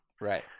Right